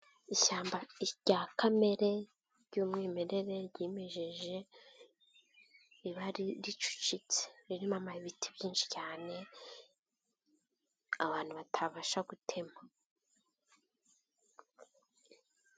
Ishyamba rya kamere ry'umwimerere, ryimejeje riba ricucitse. Ririmo ibiti byinshi cyane, abantu batabasha gutema.